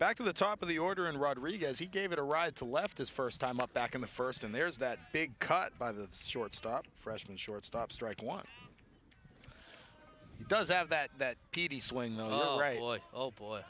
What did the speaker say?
back to the top of the order and rodriguez he gave a ride to left his first time up back in the first and there's that big cut by the shortstop freshman shortstop strike one does have that that